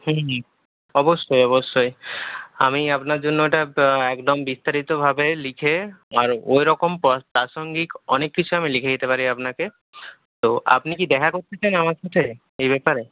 হুম হুম হুম অবশ্যই অবশ্যই আমি আপনার জন্য ওটা একদম বিস্তারিতভাবে লিখে আর ওই রকম প্রাসঙ্গিক অনেক কিছু আমি লিখে দিতে পারি আপনাকে তো আপনি কি দেখা করতে চান আমার সাথে এই ব্যাপারে